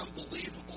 unbelievable